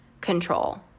control